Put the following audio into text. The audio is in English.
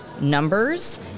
numbers